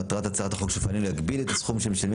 מטרת הצעת החוק שלפנינו להגביל את הסכום שמשלמים